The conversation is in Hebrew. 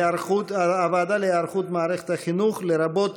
הוועדה להיערכות מערכת החינוך, לרבות